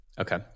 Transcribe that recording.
Okay